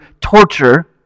torture